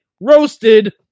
Roasted